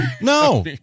no